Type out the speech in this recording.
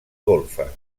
golfes